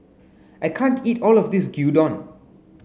I can't eat all of this Gyudon